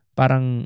parang